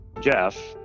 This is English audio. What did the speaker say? Jeff